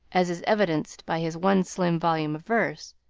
as is evidenced by his one slim volume of verse.